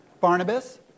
Barnabas